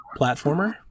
platformer